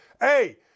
Hey